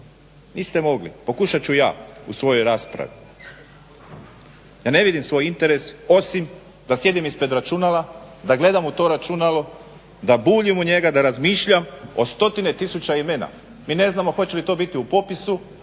niste mogli. Pokušat ću ja u svojoj raspravi. Ja ne vidim svoj interes osim da sjedim ispred računala, da gledam u to računalo, da buljim u njega, da razmišljam o stotine tisuća imena. Mi ne znamo hoće li to biti u popisu